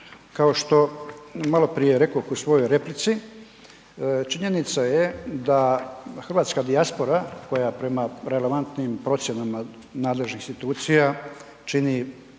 kao što maloprije rekoh u svojoj replici činjenica je da hrvatska dijaspora koja prema relevantnim procjenama nadležnih institucija čini